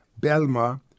Belma